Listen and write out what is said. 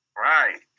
Right